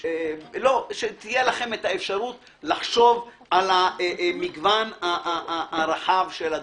שתהיה לכם האפשרות לחשוב על המגוון הרחב של הדברים.